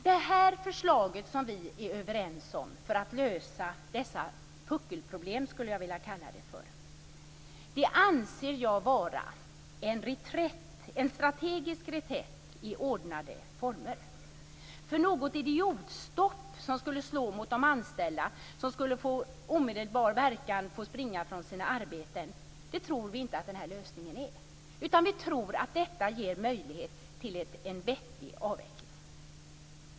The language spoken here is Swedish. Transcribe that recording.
Det förslag som vi är överens om och som vi lagt fram för att kunna lösa det jag vill kalla puckelproblemet anser jag vara en strategisk reträtt i ordnade former. Något idiotstopp som skulle slå mot de anställda, som med omedelbar verkan skulle få springa från sina arbeten, tror vi inte är lösningen. Vi tror att detta ger möjlighet till en vettig avveckling.